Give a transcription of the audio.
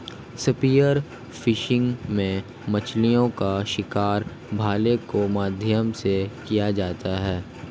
spear fishing में मछलीओं का शिकार भाले के माध्यम से किया जाता है